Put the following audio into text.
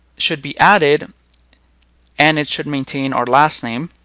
should be added and it should maintain our last name.